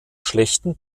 schlechtem